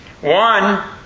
one